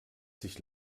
sich